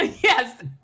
Yes